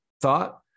thought